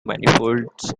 manifolds